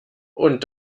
und